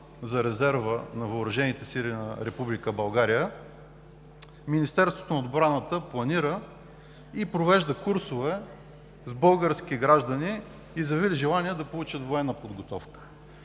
на Република България Министерството на отбраната планира и провежда курсове с български граждани, изявили желание да получат военна подготовка.